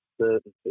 certainty